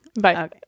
Bye